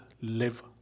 live